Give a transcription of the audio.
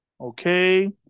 Okay